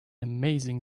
amazing